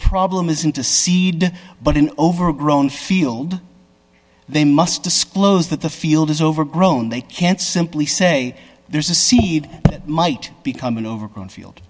problem isn't a seed but an overgrown field they must disclose that the field is overgrown they can't simply say there's a seed that might become an overgrown field